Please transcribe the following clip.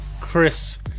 Chris